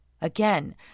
Again